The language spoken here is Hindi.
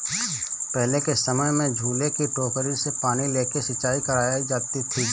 पहले के समय में झूले की टोकरी से पानी लेके सिंचाई करी जाती थी